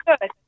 good